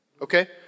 Okay